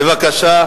בבקשה.